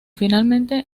finalmente